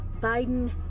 biden